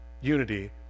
unity